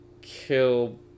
Kill